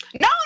No